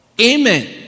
Amen